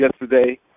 yesterday